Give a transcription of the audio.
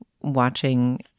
watching